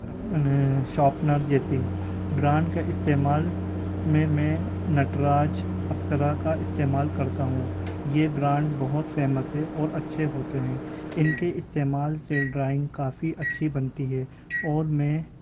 sharpener جیسی brand کا استعمال میں میں نٹراج اپسرا کا استعمال کرتا ہوں یہ برانڈ بہت فیمس ہے اور اچھے ہوتے ہیں ان کے استعمال سے ڈرائنگ کافی اچھی بنتی ہے اور میں